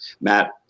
Matt